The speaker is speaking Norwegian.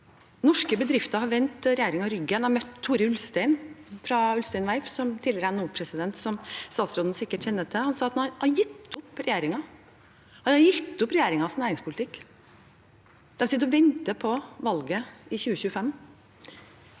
Norske bedrifter har vendt regjeringen ryggen. Jeg har møtt Tore Ulstein fra Ulstein Verft, tidligere NHO-president, som statsråden sikkert kjenner til. Han sa at han har gitt opp regjeringen – han har gitt opp regjeringens næringspolitikk. De sitter og venter på valget i 2025.